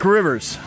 Rivers